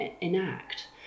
enact